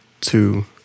Two